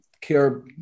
care